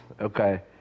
okay